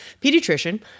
pediatrician